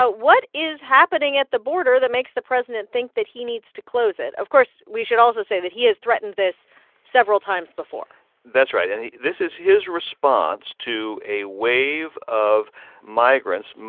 but what is happening at the border that makes the president think that he needs to close it? of course, we should also say that he has threatened this several times before that's right. and he this is his response to a wave of migrants,